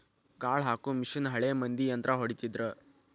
ಕಾಳ ಹಾಕು ಮಿಷನ್ ಹಳೆ ಮಂದಿ ಯಂತ್ರಾ ಹೊಡಿತಿದ್ರ